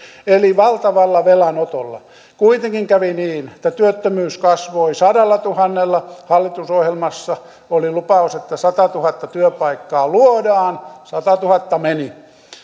eli valtavalla velanotolla kuitenkin kävi niin että työttömyys kasvoi sadallatuhannella kun hallitusohjelmassa oli lupaus että satatuhatta työpaikkaa luodaan niin satatuhatta meni